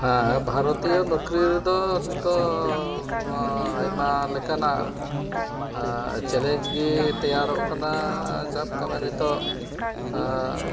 ᱦᱮᱸ ᱵᱷᱟᱨᱚᱛᱤᱭᱚ ᱱᱚᱠᱨᱤ ᱨᱮᱫᱚ ᱱᱤᱛᱚᱜ ᱟᱭᱢᱟ ᱞᱮᱠᱟᱱᱟᱜ ᱪᱮᱞᱮᱧᱡᱽ ᱜᱮ ᱛᱮᱭᱟᱨᱚᱜ ᱠᱟᱱᱟ ᱥᱟᱵ ᱠᱟᱜ ᱢᱮ ᱱᱤᱛᱚᱜ